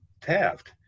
Taft